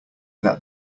that